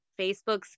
facebook's